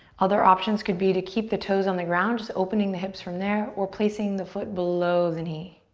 other options could be to keep the toes on the ground, just opening the hips from there or placing the foot below the knee.